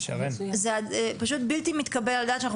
זה פשוט בלתי מתקבל על הדעת שאנחנו